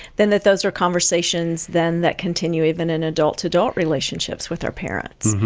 then that those are conversations then that continue even in adult-to-adult relationship with our parents.